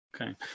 Okay